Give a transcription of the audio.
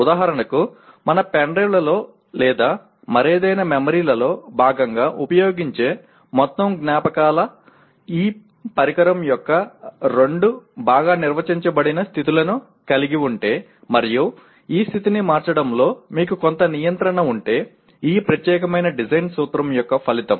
ఉదాహరణకు మన పెన్ డ్రైవ్లలో లేదా మరేదైనా మెమరీలో భాగంగా ఉపయోగించే మొత్తం జ్ఞాపకాలు ఈ పరికరం యొక్క రెండు బాగా నిర్వచించబడిన స్థితులను కలిగి ఉంటే మరియు ఈ స్థితిని మార్చడంలో మీకు కొంత నియంత్రణ ఉంటే ఈ ప్రత్యేకమైన డిజైన్ సూత్రం యొక్క ఫలితం